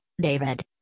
David